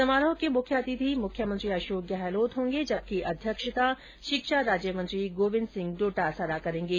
समारोह के मुख्य अतिथि मुख्यमंत्री अशोक गहलोत होंगे जबकि अध्यक्षता शिक्षा राज्य मंत्री गोविन्द सिंह डोटासरा करेंगे